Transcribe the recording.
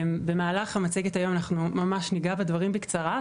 במהלך המצגת היום אנחנו ממש ניגע בדברים בקצרה.